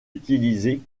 utilisé